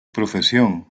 profesión